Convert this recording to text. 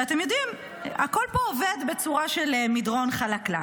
ואתם יודעים, הכול פה עובד בצורה של מדרון חלקלק.